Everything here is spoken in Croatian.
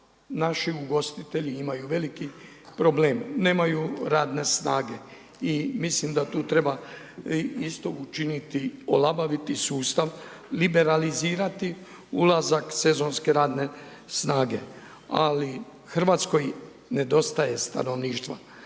naši ugostitelji imaju veliki problem – nemaju radne snage. I mislim da tu treba isto učiniti, olabaviti sustav, liberalizirati ulazak sezonske radne snage. Ali Hrvatskoj nedostaje stanovništva.